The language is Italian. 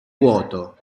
vuoto